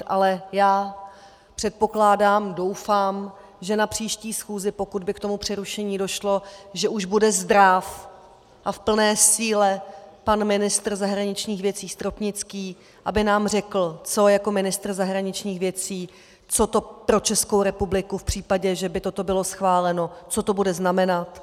Ale já předpokládám, doufám, že na příští schůzi, pokud by k tomu přerušení došlo, že už bude zdráv a v plné síle pan ministr zahraničních věcí Stropnický, aby nám řekl jako ministr zahraničních věcí, co to pro Českou republiku v případě, že by toto bylo schváleno, co to bude znamenat.